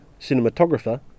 cinematographer